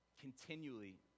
Continually